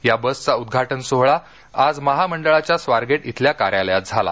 या बसचा उद्घाटन सोहळा आज महामंडळाच्या स्वारगेट इथल्या कार्यालयात झाला